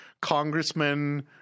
congressmen